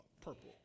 purple